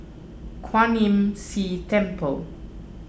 Kwan Imm See Temple